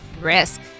risk